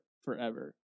forever